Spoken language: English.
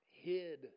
hid